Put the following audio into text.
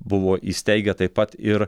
buvo įsteigę taip pat ir